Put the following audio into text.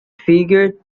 figured